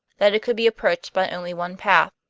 that it could be approached by only one path,